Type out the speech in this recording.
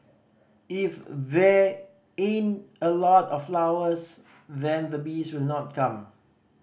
if they in a lot of flowers then the bees will not come